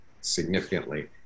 significantly